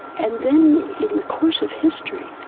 and then, in the course of history,